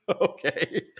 Okay